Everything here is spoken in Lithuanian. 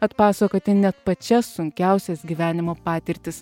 atpasakoti net pačias sunkiausias gyvenimo patirtis